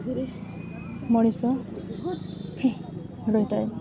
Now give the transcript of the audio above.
ମଣିଷ ରହିଥାଏ